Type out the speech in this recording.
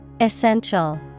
Essential